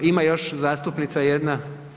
Ima još zastupnica jedna.